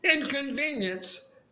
inconvenience